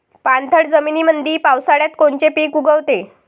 पाणथळ जमीनीमंदी पावसाळ्यात कोनचे पिक उगवते?